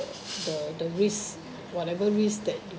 the the risk whatever risk that